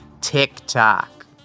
TikTok